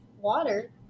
water